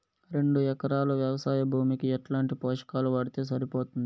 రెండు ఎకరాలు వ్వవసాయ భూమికి ఎట్లాంటి పోషకాలు వాడితే సరిపోతుంది?